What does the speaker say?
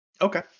Okay